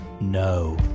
No